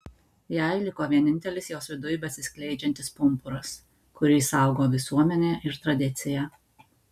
jai liko vienintelis jos viduj besiskleidžiantis pumpuras kurį saugo visuomenė ir tradicija